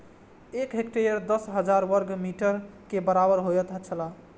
एक हेक्टेयर दस हजार वर्ग मीटर के बराबर होयत छला